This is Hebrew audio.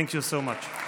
Thank you so much.